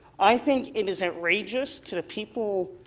i think it is outrageous to the people